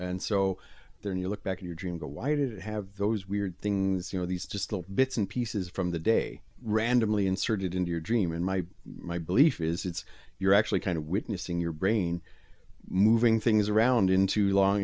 and so then you look back to your dreams or why did it have those weird things you know these just little bits and pieces from the day randomly inserted into your dream and my my belief is it's you're actually kind of witnessing your brain moving things around in too long